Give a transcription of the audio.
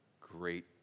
great